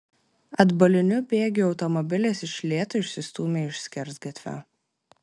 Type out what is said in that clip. atbuliniu bėgiu automobilis iš lėto išsistūmė iš skersgatvio